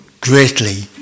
greatly